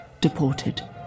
deported